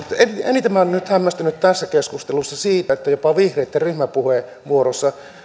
eniten minä olen nyt hämmästynyt tässä keskustelussa siitä että jopa vihreitten ryhmäpuheenvuorossa